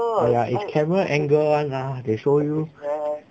!aiya! is camera angle [one] lah they show you